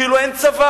כאילו אין צבא,